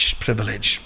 privilege